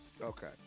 Okay